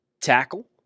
tackle